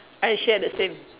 I share the same